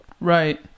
Right